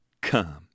come